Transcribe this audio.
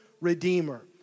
redeemer